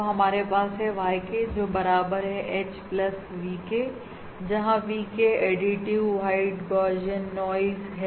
तो हमारे पास है YK जो बराबर है H प्लस VK जहां VK additive white Gaussian noise है